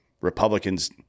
Republicans